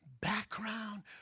background